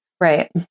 right